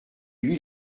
huit